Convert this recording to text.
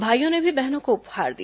भाईयों ने भी बहनों को उपहार दिया